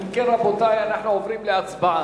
אם כן, רבותי, אנחנו עוברים להצבעה.